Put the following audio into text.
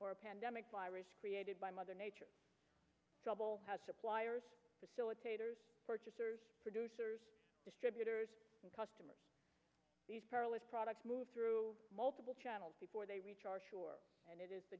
a pandemic virus created by mother nature trouble suppliers facilitators purchasers producers distributors and customers these perilous products move through multiple channels before they reach are sure and it is the